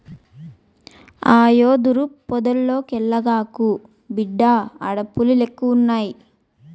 ఆ యెదురు పొదల్లోకెల్లగాకు, బిడ్డా ఆడ పులిలెక్కువున్నయి